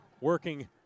working